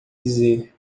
dizer